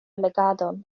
legadon